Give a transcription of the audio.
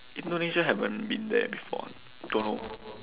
indonesia haven't been there before don't know